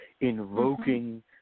invoking